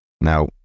Now